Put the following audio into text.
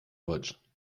deutsch